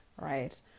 right